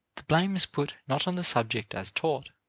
the blame is put not on the subject as taught,